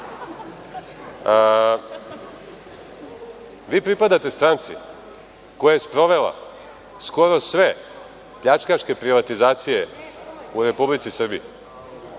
Vi pripadate stranci koja je sprovela skoro sve pljačkaške privatizacije u Republici Srbiji,